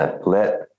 let